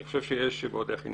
אני חושב שיש עניין ועוד איך.